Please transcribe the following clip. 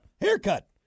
Haircut